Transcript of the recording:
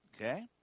Okay